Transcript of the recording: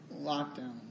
lockdown